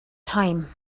time